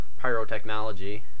pyrotechnology